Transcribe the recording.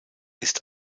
ist